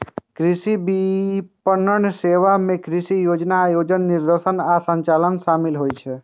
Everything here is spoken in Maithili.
कृषि विपणन सेवा मे कृषि योजना, आयोजन, निर्देशन आ संचालन शामिल होइ छै